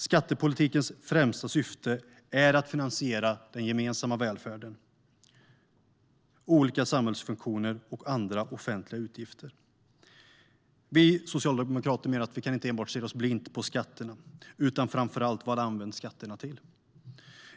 Skattepolitikens främsta syfte är att finansiera den gemensamma välfärden, olika samhällsfunktioner och andra offentliga utgifter. Vi socialdemokrater menar att vi inte enbart kan stirra oss blinda på skatterna; vi måste framför allt se vad skatterna används till.